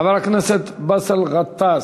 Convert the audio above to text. חבר הכנסת באסל גטאס,